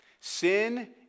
Sin